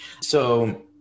So-